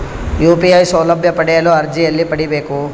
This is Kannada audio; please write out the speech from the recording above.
ಯು.ಪಿ.ಐ ಸೌಲಭ್ಯ ಪಡೆಯಲು ಅರ್ಜಿ ಎಲ್ಲಿ ಪಡಿಬೇಕು?